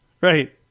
Right